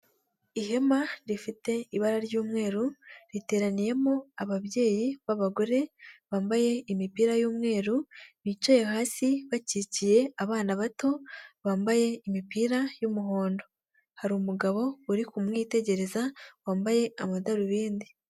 Ihema rifite ibara ry'umweru, riteraniyemo ababyeyi ba bagore bambaye imipira y'umweru, bicaye hasi bakikiye abana bato, bambaye imipira y'umuhondo, hari umugabo uri kumwitegereza wambaye amadarubindi.